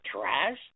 trash